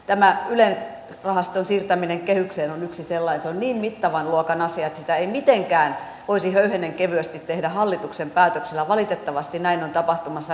tämä yle rahaston siirtäminen kehykseen on yksi sellainen se on niin mittavan luokan asia että sitä ei mitenkään voisi höyhenenkevyesti tehdä hallituksen päätöksellä valitettavasti näin on tapahtumassa